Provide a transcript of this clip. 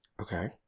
okay